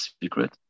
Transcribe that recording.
secret